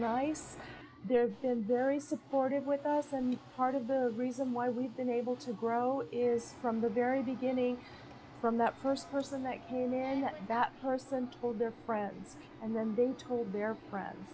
nice they've been very supportive with us and part of the reason why we've been able to grow is from the very beginning from that first person that you know that person told their friends and then they told their friends